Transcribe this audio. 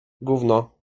gówno